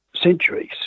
centuries